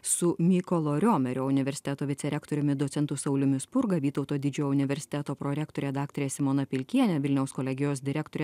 su mykolo romerio universiteto vicerektoriumi docentu sauliumi spurga vytauto didžiojo universiteto prorektore daktarė simona pilkiene vilniaus kolegijos direktore